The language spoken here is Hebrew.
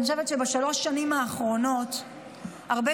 אני חושבת שבשלוש השנים האחרונות הרבה